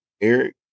Eric